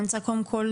קודם כול,